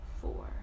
four